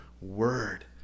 word